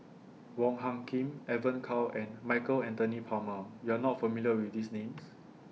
Wong Hung Khim Evon Kow and Michael Anthony Palmer YOU Are not familiar with These Names